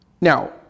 Now